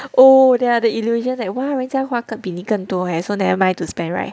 oh they are the illusion leh !wah! 人家花比你更多 eh so never mind to spend right